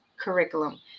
curriculum